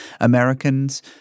Americans